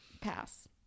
Pass